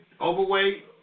overweight